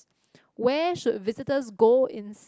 where should visitors go in